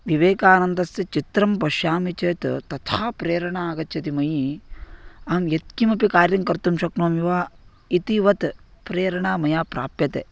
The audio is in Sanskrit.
विवेकानन्दस्य चित्रं पश्यामि चेत् तथा प्रेरणा आगच्छति मयि अहं यत् किमपि कार्यं कर्तुं शक्नोमि वा इतिवत् प्रेरणा मया प्राप्यते